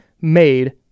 made